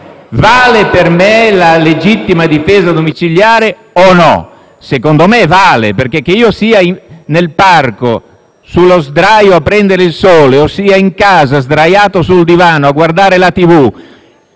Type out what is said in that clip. vale la legittima difesa domiciliare o no? Secondo me vale, perché che qualcuno si trovi nel parco sulla sdraio a prendere il sole o in casa sdraiato sul divano a guardare la